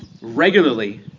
regularly